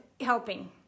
helping